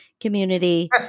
community